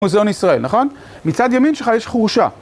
מוזיאון ישראל, נכון? מצד ימין שלך יש חורשה.